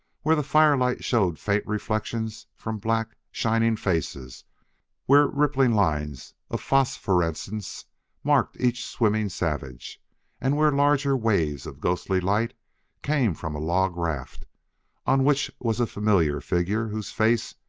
where the firelight showed faint reflections from black, shining faces where rippling lines of phosphorescence marked each swimming savage and where larger waves of ghostly light came from a log raft on which was a familiar figure whose face,